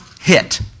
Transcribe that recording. hit